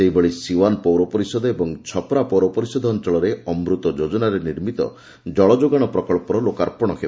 ସେହିଭଳି ସିଓ୍ୱାନ ପୌରପରିଷଦ ଓ ଛପରା ପୌରପରିଷଦ ଅଞ୍ଚଳରେ ଅମୃତ ଯୋଜନାରେ ନିର୍ମିତ ଜଳଯୋଗାଣ ପ୍ରକଳ୍ପର ଲୋକାର୍ପଣ ହେବ